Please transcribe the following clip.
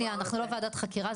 אנחנו לא ועדת חקירה,